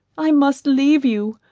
i must leave you.